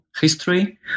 history